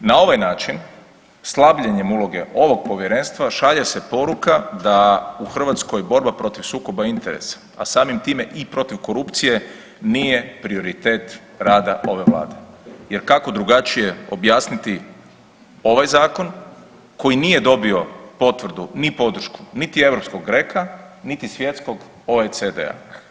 Na ovaj način slabljenjem uloge ovog povjerenstva šalje se poruka da u Hrvatskoj borba protiv sukoba interesa, a samim time i protiv korupcije nije prioritet rada ove Vlade, jer kako drugačije objasniti ovaj zakon koji nije dobio potvrdu ni podršku niti europskog GRECO-a niti svjetskog OECD-a.